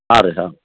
ಹಾಂ ರೀ ಹಾಂ